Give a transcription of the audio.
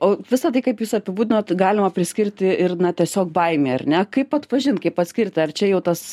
o visa tai kaip jūs apibūdinot galima priskirti ir na tiesiog baimei ar ne kaip atpažint kaip atskirti ar čia jau tas